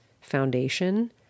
foundation